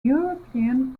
european